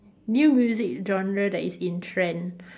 new music genre that is in trend